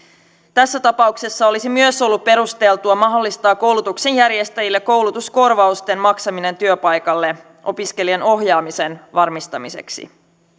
tässä tapauksessa olisi myös ollut perusteltua mahdollistaa koulutuksen järjestäjille koulutuskorvausten maksaminen työpaikalle opiskelijan ohjaamisen varmistamiseksi